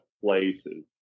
places